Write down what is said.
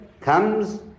comes